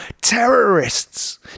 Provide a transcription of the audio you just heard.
terrorists